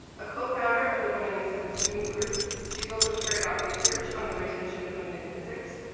a co-founder of the women in stem student group, she has also carried out research on the retention of women in physics,